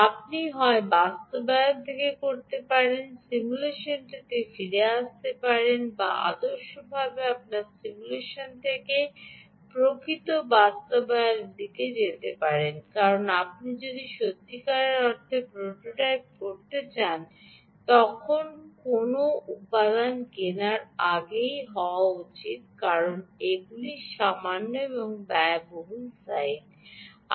আপনি হয় বাস্তবায়ন থেকে করতে পারেন সিমুলেশনটিতে ফিরে আসতে পারেন বা আদর্শভাবে আপনার সিমুলেশন থেকে প্রকৃত বাস্তবায়নের দিকে যেতে হবে কারণ আপনি যখন সত্যিকার অর্থে প্রোটোটাইপ করতে চান তখন কোনও উপাদান কেনার আগেই হওয়া উচিত কারণ এগুলি সামান্য এবং ব্যয়বহুল সাইট